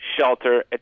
shelter